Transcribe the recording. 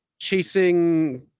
chasing